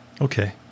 Okay